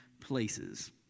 places